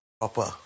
proper